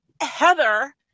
Heather